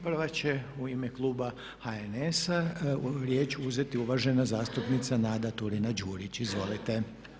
Prva će u ime kluba HNS-a riječ uzeti uvažena zastupnica Nada Turina-Đurić, izvolite.